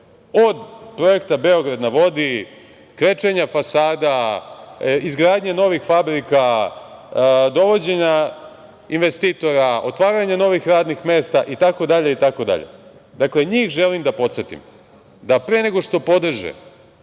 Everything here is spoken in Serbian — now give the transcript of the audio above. od Projekta „Beograd na vodi“, krečenja fasada, izgradnje novih fabrika, dovođenja investitora, otvaranja novih radnih mesta itd, njih želim da podsetim da pre nego što podrže